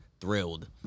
thrilled